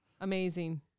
Amazing